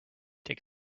take